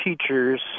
teachers